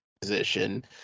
position